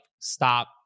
stop